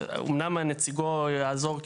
אמנם נציגו יעזור,